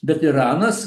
bet iranas